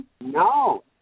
No